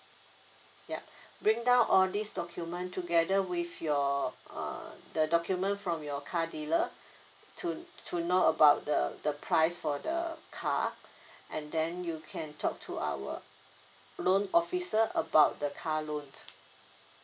ya bring down all this document together with your uh the document from your car dealer to to know about the the price for the car and then you can talk to our loan officer about the car loans